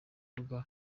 mbuga